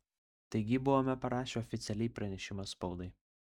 taigi buvome parašę oficialiai pranešimą spaudai